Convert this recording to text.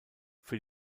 für